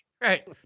Right